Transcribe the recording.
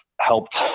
helped